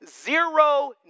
zero